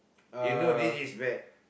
you know this is bad